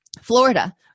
Florida